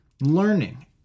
learning